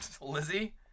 Lizzie